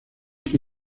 que